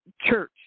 church